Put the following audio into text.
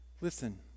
Listen